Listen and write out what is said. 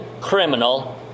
criminal